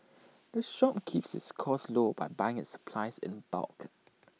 the shop keeps its costs low by buying its supplies in bulk